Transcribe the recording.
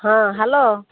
ହଁ ହ୍ୟାଲୋ